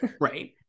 right